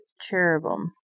cherubim